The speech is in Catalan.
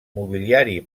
mobiliari